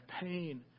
pain